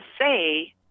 say